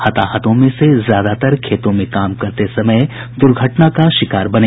हताहतों में से ज्यादातर खेतों में काम करते समय दुर्घटना का शिकार बने